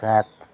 सात